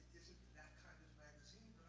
that kind of magazine,